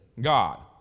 God